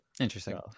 Interesting